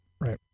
Right